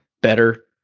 better